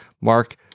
Mark